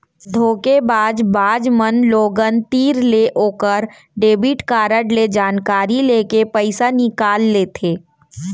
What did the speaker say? धोखेबाज बाज मन लोगन तीर ले ओकर डेबिट कारड ले जानकारी लेके पइसा निकाल लेथें